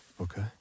okay